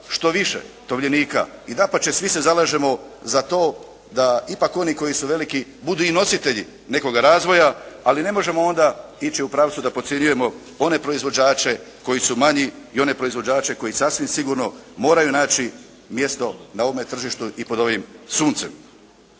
što više tovljenika i dapače svi se zalažemo za to da ipak oni koji su veliki budu i nositelji nekoga razvoja, ali ne možemo onda ići u pravcu da podcjenjujemo one proizvođače koji su manji i one proizvođače koji sasvim sigurno moraju naći mjesto na ovome tržištu i pod ovim suncem.